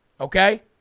okay